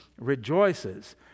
rejoices